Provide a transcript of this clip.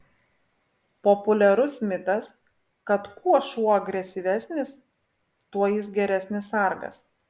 populiarus mitas kad kuo šuo agresyvesnis tuo jis geresnis sargas